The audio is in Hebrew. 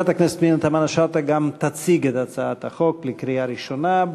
חברת הכנסת פנינה תמנו-שטה גם תציג את הצעת החוק לקריאה ראשונה.